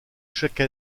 chaque